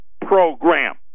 program